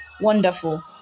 wonderful